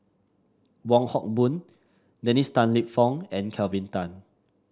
Wong Hock Boon Dennis Tan Lip Fong and Kelvin Tan